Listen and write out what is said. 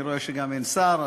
אני רואה שגם אין שר,